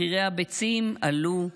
מחירי הביצים עלו,